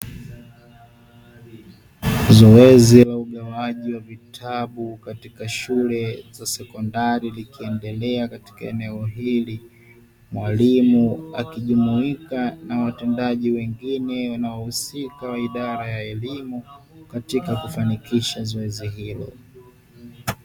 Zoezi la ugawaji wa vitabu katika shule za sekondari, likiendelea katika eneo hili. Mwalimu akijumuika na watendaji wengine wanaohusika wa idara ya elimu, katika kufanikisha zoezi hilo.